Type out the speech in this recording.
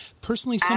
Personally